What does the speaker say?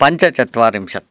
पञ्चचत्वारिंशत्